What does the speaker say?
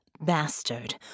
Bastard